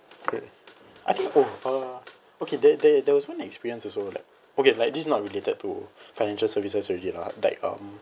I think !oh! uh okay there there there was one experience also like okay like this is not related to financial services already lah like um